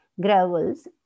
gravels